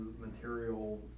material